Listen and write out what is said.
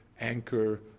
anchor